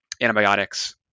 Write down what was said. antibiotics